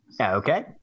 Okay